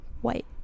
white